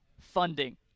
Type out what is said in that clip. funding